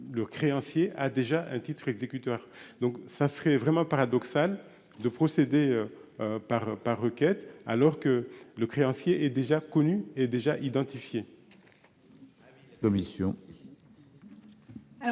Le créancier a déjà un titre exécutoire, donc ça serait vraiment paradoxal de procéder. Par par requête alors que le créancier et déjà connus et déjà il.